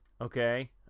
okay